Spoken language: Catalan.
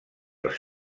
els